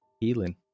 healing